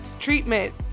treatment